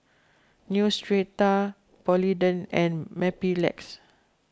Neostrata Polident and Mepilex